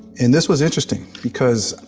and this was interesting, because,